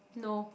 no